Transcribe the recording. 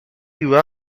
you